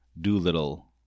Doolittle